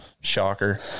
shocker